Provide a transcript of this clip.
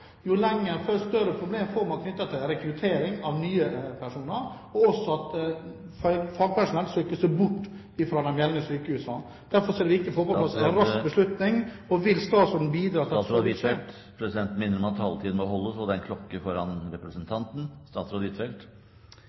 større problemer får man knyttet til rekruttering av nye personer og at fagpersonell søker seg bort fra de eksisterende sykehusene. Derfor er det viktig å få på plass en rask beslutning. Vil statsråden bidra til at så vil skje? Presidenten vil minne om at taletiden må holdes. Det er en klokke foran representanten.